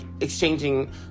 exchanging